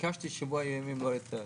ביקשתי שבוע ימים, לא יותר.